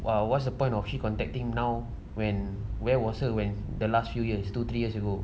!wah! what's the point of she contacting now when where was her when the last few years two three years ago